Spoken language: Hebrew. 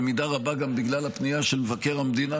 במידה רבה גם בגלל הפנייה של מבקר המדינה,